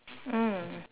mm